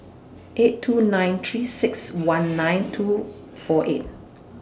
eight two nine three six one nine two four eight